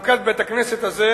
חנוכת בית-הכנסת הזה